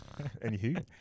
anywho